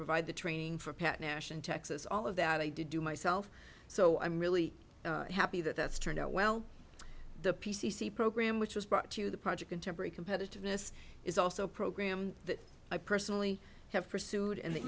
provide the training for pat nash and texas all of that i did do myself so i'm really happy that that's turned out well the p c c program which was brought to the project in temporary competitiveness is also a program that i personally have pursued and that